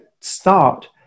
start